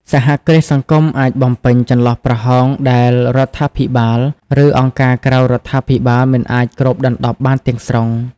សហគ្រាសសង្គមអាចបំពេញចន្លោះប្រហោងដែលរដ្ឋាភិបាល ឬអង្គការក្រៅរដ្ឋាភិបាលមិនអាចគ្របដណ្តប់បានទាំងស្រុង ។